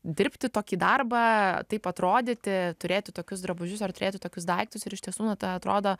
dirbti tokį darbą taip atrodyti turėti tokius drabužius ar turėti tokius daiktus ir iš tiesų nu tai atrodo